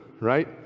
right